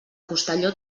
costelló